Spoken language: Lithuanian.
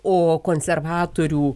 o konservatorių